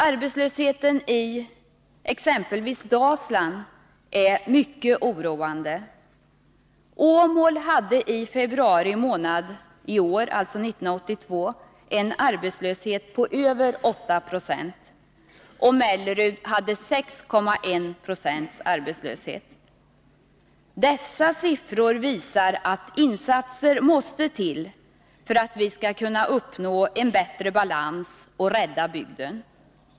Arbetslösheten i exempelvis Dalsland är mycket oroande. Åmål hade i februari månad i år, alltså 1982, en arbetslöshet på över 8 26 och Mellerud hade en arbetslöshet på 6,1 90. Dessa siffror visar att insatser måste till för att vi skall kunna uppnå en bättre balans och rädda bygden.